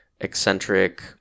eccentric